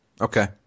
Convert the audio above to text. Okay